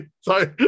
Sorry